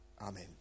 Amen